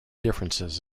differences